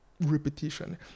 repetition